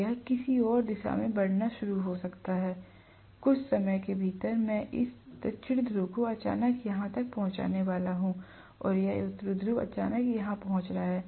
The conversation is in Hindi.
तो यह किसी और दिशा में बढ़ना शुरू हो सकता है कुछ समय के भीतर मैं इस दक्षिणी ध्रुव को अचानक यहाँ तक पहुँचाने वाला हूँ और यह उत्तरी ध्रुव अचानक यहाँ पहुँच रहा है